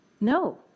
no